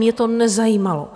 Mě to nezajímalo.